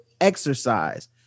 exercise